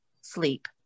sleep